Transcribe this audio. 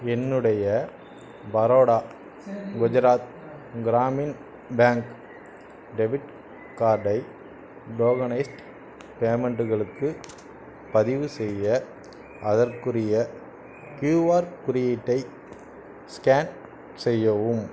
என்னுடைய Baroda Gujarat Gramin bank debit கார்டை tokenised பேமெண்ட்டுகளுக்கு பதிவுச்செய்ய அதற்குரிய க்யூஆர் குறியீட்டை ஸ்கேன் செய்யவும்